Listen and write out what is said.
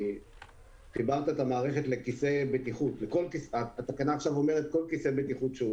כי התקנה אומרת שאפשר לחבר את המערכת לכל כיסא בטיחות שהוא.